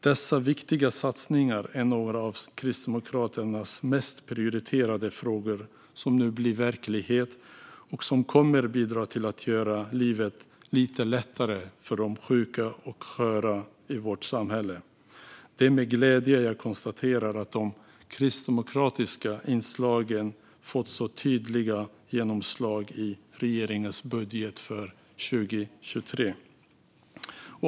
Dessa viktiga satsningar är några av Kristdemokraternas mest prioriterade frågor. De blir nu verklighet och kommer att bidra till att göra livet lite lättare för de sjuka och sköra i vårt samhälle. Det är med glädje jag konstaterar att de kristdemokratiska inslagen har fått så tydligt genomslag i regeringens budget för 2023.